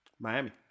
Miami